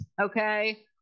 okay